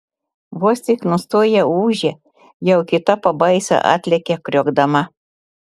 vos tik nustoja ūžę jau kita pabaisa atlekia kriokdama